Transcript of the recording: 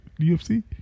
ufc